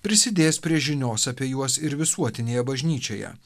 prisidės prie žinios apie juos ir visuotinėje bažnyčioje